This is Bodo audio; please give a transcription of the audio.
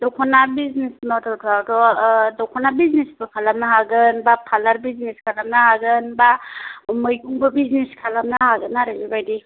दख'ना बिजिनेस मावथाव थावथ' दख'ना बिजिनेसबो खालामनो हागोन बा पारलार बिजिनेस खालामनो हागोन बा मैगंबो बिजिनेस खालामनो हागोन आरो बेबादि